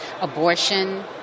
abortion